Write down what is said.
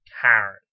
Karen